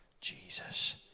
Jesus